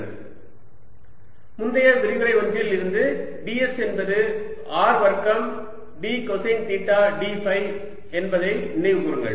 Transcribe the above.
dV 14π0dQz Rcos θ2R2sin212 14π0σdsz2R2 2zRcosθ முந்தைய விரிவுரை ஒன்றில் இருந்து ds என்பது R வர்க்கம் d cosine theta d phi என்பதை நினைவுகூருங்கள்